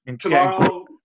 tomorrow